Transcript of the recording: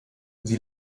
sie